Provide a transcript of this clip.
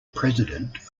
president